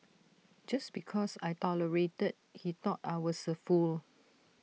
just because I tolerated he thought I was A fool